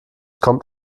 kommt